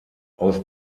aus